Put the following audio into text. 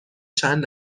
چند